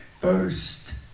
first